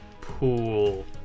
Pool